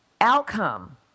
outcome